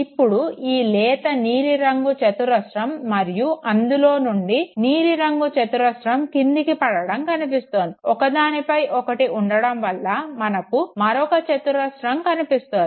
ఇప్పుడు ఈ లేత నీలి రంగు చతురస్రం మరియు అందులో నుండి నీలి రంగు చతురస్రం క్రిందికి పడడం కనిపిస్తోంది ఒకదానిపై ఒక్కటి ఉండడం వల్ల మనకు మరొక చతురస్రం కనిపిస్తుంది